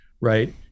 right